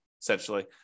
essentially